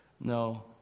No